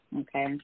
okay